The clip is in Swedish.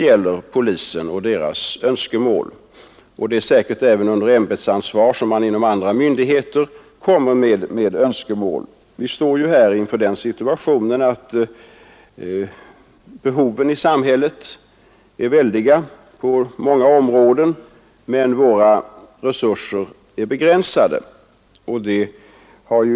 Andra myndigheters önskemål framlägges säkerligen också under ämbetsansvar. Vi står inför den situationen att behoven på många områden är stora i samhället men våra resurser är begränsade.